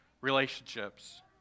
relationships